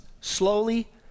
slowly